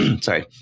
sorry